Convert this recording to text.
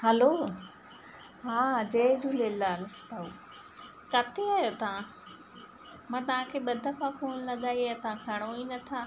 हलो हा जय झूलेलाल भाऊ किथे आयो तव्हां मां तव्हांखे ॿ दफ़ा फ़ोन लॻाई आहे तव्हां खणो ई न था